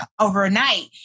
overnight